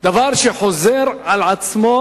דבר שחוזר על עצמו.